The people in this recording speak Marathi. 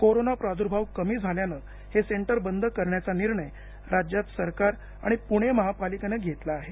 कोरोना प्रार्द्भाव कमी झाल्याने हे सेंटर बंद करण्याचा निर्णय राज्य सरकार आणि पुणे महापालिकेन घेतला आहे